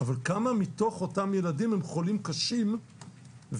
אבל כמה מתוך אותם ילדים הם חולים קשים ומאושפזים,